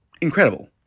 incredible